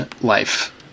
life